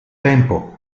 tempo